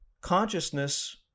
consciousness